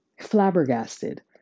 flabbergasted